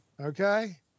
Okay